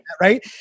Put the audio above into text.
right